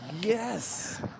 Yes